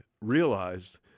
realized